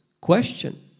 Question